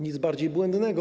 Nic bardziej błędnego.